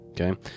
Okay